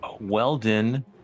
Weldon